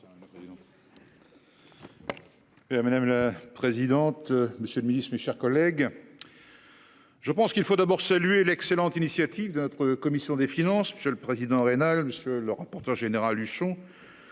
Madame la présidente. Monsieur le Ministre, mes chers collègues.-- Je pense qu'il faut d'abord saluer l'excellente initiative de notre commission des finances je le président rénale. Monsieur le rapporteur général Huchon.